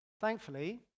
Thankfully